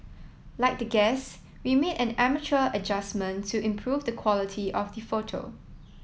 like the guests we made an amateur adjustment to improve the quality of the photo